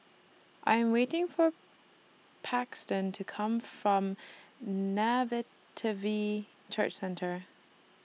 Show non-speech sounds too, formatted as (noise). I Am waiting For Paxton to Come from (unintelligible) Church Centre